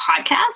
podcast